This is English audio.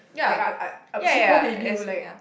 like I I I she probably knew like